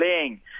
playing